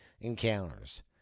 encounters